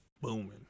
booming